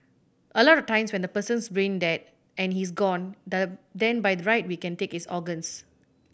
a lot of times when the person's brain dead and he's gone then by right we can take his organs